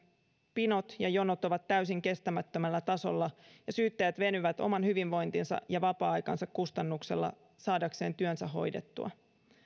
pinot ja jonot ovat täysin kestämättömällä tasolla ja syyttäjät venyvät oman hyvinvointinsa ja vapaa aikansa kustannuksella saadakseen työnsä hoidettua